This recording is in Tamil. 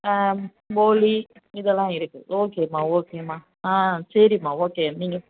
போலி இதெல்லாம் இருக்கு ஓகேம்மா ஓகேம்மா ஆ சரிம்மா ஓகே நீங்கள்